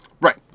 right